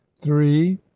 Three